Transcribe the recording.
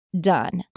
done